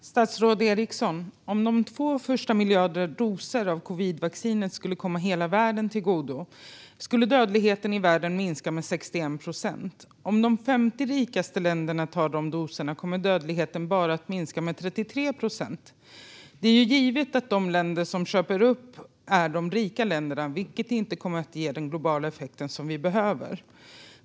Fru talman! Min fråga går till statsrådet Eriksson. Om de två första miljarderna doser av covidvacciner skulle komma hela världen till godo skulle dödligheten i världen minska med 61 procent. Om de 50 rikaste länderna tar dessa doser kommer dödligheten bara att minska med 33 procent. Det är givet att de länder som köper upp vaccinet är de rika länderna, vilket inte kommer att ge den globala effekt vi behöver.